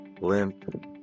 limp